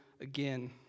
again